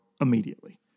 immediately